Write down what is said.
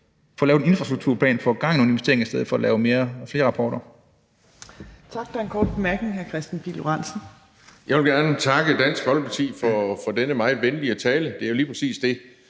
at få lavet en infrastrukturplan og få gang i nogle investeringer i stedet for at lave flere rapporter.